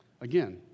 Again